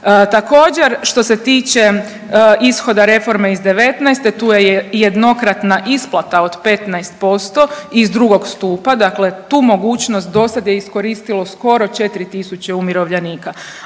Također što se tiče ishoda reforme iz '19. tu je jednokratna isplata od 15% iz drugog stupa, dakle tu mogućnost dosad je iskoristilo skoro 4 tisuće umirovljenika,